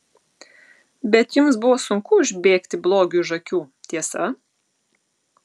bet jums buvo sunku užbėgti blogiui už akių tiesa